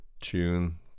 tune